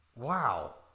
Wow